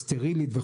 סטרילית,